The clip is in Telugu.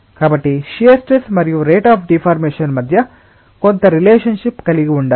కాబట్టి షియర్ స్ట్రెస్ మరియు రేట్ అఫ్ డిఫార్మెషన్ మధ్య కొంత రిలేషన్ షిప్ కలిగి ఉండాలి